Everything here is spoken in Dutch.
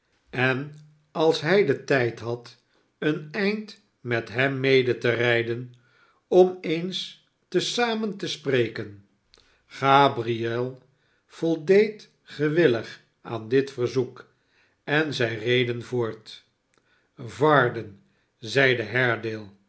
en als hij den tijd had een eind met hem mede te rijden om eens te zamen te spreken gabriel voldeed gewillig aan dit verzoek en zij reden voort varden zeide